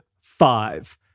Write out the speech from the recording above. five